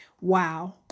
wow